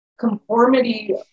conformity